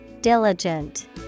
Diligent